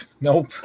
Nope